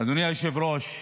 אדוני היושב-ראש,